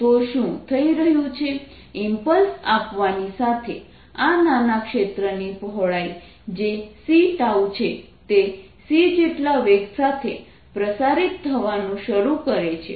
તો શું થઈ રહ્યું છે ઈમ્પલ્સ આપવાની સાથે આ નાના ક્ષેત્રની પહોળાઈ જે c છે તે c જેટલા વેગ સાથે પ્રસારીત થવાનું શરૂ કરે છે